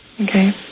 Okay